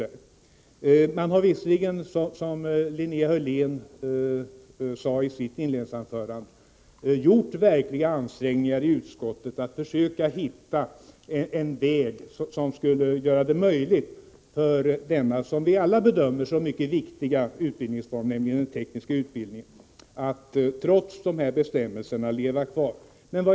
Det har visserligen i utskottet, som Linnea Hörlén sade i sitt anförande, gjorts verkliga ansträngningar för att hitta en väg som skulle möjliggöra att den tekniska utbildningen — som vi alla bedömer vara en mycket viktig utbildningsform — trots dessa bestämmelser får leva kvar.